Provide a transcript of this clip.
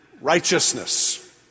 righteousness